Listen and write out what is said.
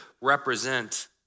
represent